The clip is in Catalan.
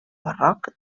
barroc